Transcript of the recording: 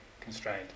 constrained